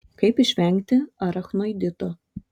kaip išvengti arachnoidito